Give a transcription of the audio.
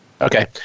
Okay